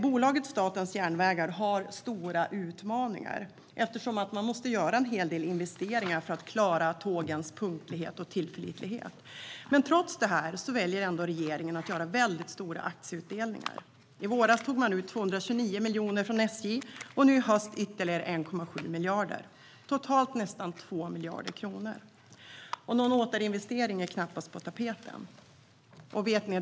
Bolaget Statens Järnvägar har stora utmaningar, eftersom man måste göra en hel del investeringar för att klara tågens punktlighet och tillförlitlighet. Trots det väljer regeringen att göra stora aktieutdelningar. I våras tog man ut 229 miljoner från SJ, och nu i höst tar man ut ytterligare 1,7 miljarder. Det är totalt nästan 2 miljarder kronor, och någon återinvestering är knappast på tapeten.